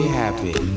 happy